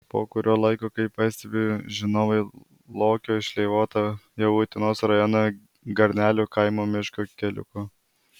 po kurio laiko kaip pastebi žinovai lokio šleivota jau utenos rajono garnelių kaimo miško keliuku